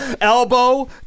elbow